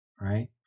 right